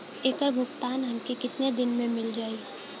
ऐकर भुगतान हमके कितना दिन में मील जाई?